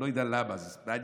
אני לא יודע למה, זה מעניין.